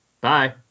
Bye